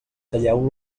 talleu